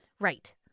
Right